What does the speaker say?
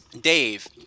Dave